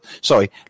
Sorry